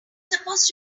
supposed